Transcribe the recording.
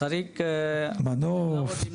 צריך מנוף.